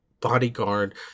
bodyguard